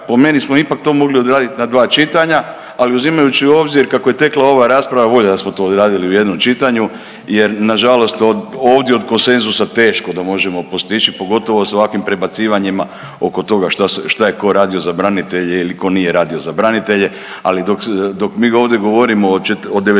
po meni smo ipak to mogli odraditi na dva čitanja, ali uzimajući u obzir kako je tekla ova rasprava bolje da smo to odradili u jednom čitanju. Jer na žalost ovdje od konsenzusa teško da možemo postići pogotovo sa ovakvim prebacivanjima oko toga šta je tko radio za branitelje ili tko nije radio za branitelje. Ali dok mi ovdje govorimo o '91.,